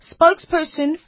spokesperson